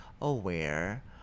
aware